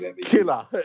killer